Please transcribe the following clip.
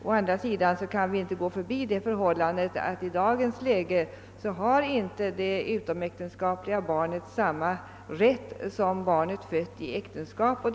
Emellertid kan vi inte bortse från det förhållandet att det utomäktenskapliga barnet i dagens läge inte har samma rätt som det barn som är fött inom äktenskapet.